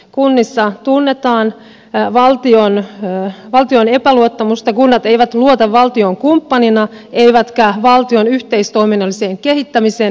kunnissa tunnetaan valtiota kohtaan epäluottamusta kunnat eivät luota valtioon kumppanina eivätkä valtion yhteistoiminnalliseen kehittämiseen